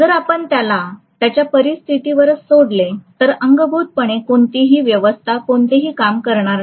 जर आपण त्याला त्याच्या परिस्तिथी वरच सोडले तर अंगभूतपणे कोणतीही व्यवस्था कोणतेही काम करणार नाही